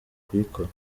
kuyikora